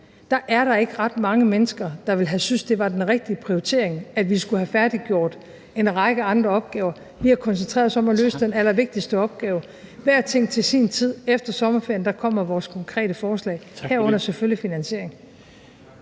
sal er der ikke ret mange mennesker, der ville have syntes, at det var den rigtige prioritering, at vi skulle have færdiggjort en række andre opgaver. Vi har koncentreret os om at løse den allervigtigste opgave – hver ting til sin tid. Efter sommerferien kommer vores konkrete forslag, herunder selvfølgelig finansieringen.